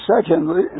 secondly